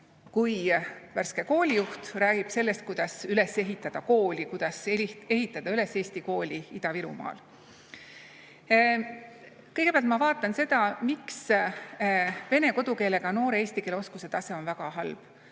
kui värske koolijuht räägib sellest, kuidas üles ehitada kooli, kuidas ehitada üles eesti kooli Ida-Virumaal. Kõigepealt ma vaatan seda, miks vene kodukeelega noore eesti keele oskuse tase on väga halb.